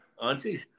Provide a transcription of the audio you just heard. auntie